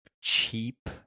cheap